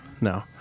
no